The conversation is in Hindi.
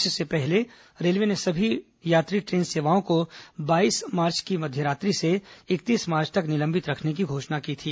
इससे पहले रेलवे ने सभी यात्री ट्रेन सेवाओं को बाईस मार्च की मध्य रात्रि से इकतीस मार्च तक निलंबित रखने की घोषणा की थी